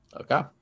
Okay